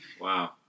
Wow